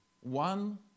One